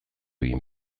egin